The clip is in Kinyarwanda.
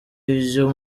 ivyo